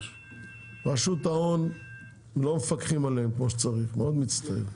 רשות ההון לא מפקחים עליהם כמו שצריך, מאוד מצטער.